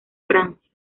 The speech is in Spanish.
francia